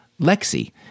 Lexi